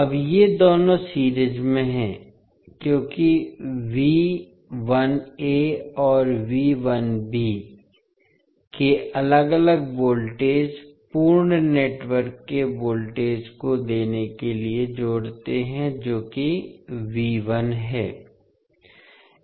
अब ये दोनों सीरीज में हैं क्योंकि और के अलग अलग वोल्टेज पूर्ण नेटवर्क के वोल्टेज को देने के लिए जोड़ते हैं जो कि है